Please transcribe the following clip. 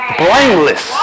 blameless